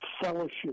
fellowship